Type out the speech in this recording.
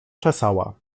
czesała